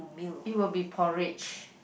it will be porridge